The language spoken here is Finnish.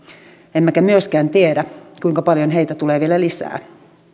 emmekä myöskään tiedä kuinka paljon heitä tulee vielä lisää